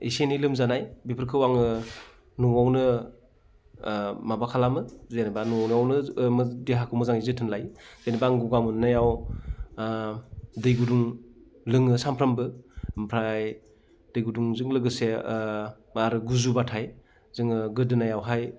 एसे एनै लोमजानाय बेफोरखौ आङो न'आवनो माबा खालामो जेन'बा न'आवनो देहाखौ मोजाङै जोथोन लायो जेनेबा आं गगा मोननायाव दै गुदुं लोङो सानफ्रामबो ओमफ्राय दै गुदुंजों लोगोसे आरो गुजुब्लाथाय जोङो गोदोनायावहाय